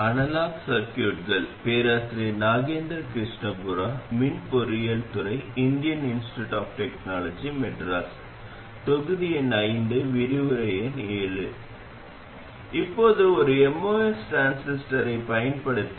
இப்போது நாம் மற்றொரு வகை கட்டுப்படுத்தப்பட்ட மூலத்தை எடுத்துக்கொள்வோம் இது தற்போதைய கட்டுப்படுத்தப்பட்ட தற்போதைய மூலமாகும்